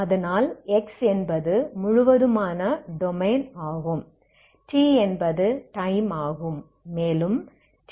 அதனால் x என்பது முழுவதுமான டொமைன் ஆகும் t என்பது டைம் ஆகும் மேலும் t0